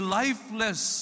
lifeless